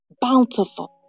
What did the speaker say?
bountiful